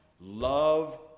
love